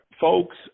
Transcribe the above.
folks